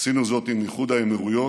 עשינו זאת עם איחוד האמירויות,